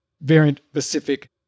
variant-specific